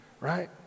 right